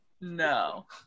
No